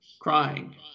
crying